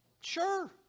Sure